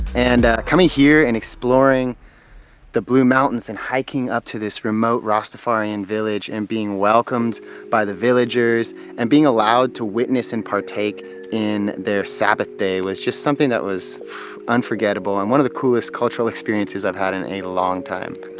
coming here and exploring the blue mountains and hiking up to this remote rastafarian village and being welcomed by the villagers being allowed to witness and partake in their sabbath day was just something that was unforgettable and one of the coolest cultural experiences i've had in a long time.